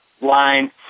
line